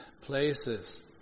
places